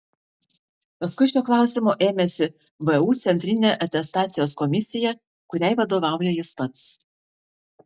paskui šio klausimo ėmėsi vu centrinė atestacijos komisija kuriai vadovauja jis pats